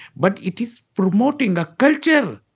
but it is promoting a culture.